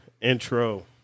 intro